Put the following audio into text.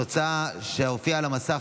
התוצאה שהופיעה על המסך,